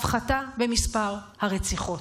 הפחתה במספר הרציחות.